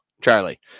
Charlie